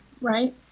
right